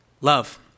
love